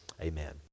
amen